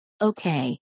Okay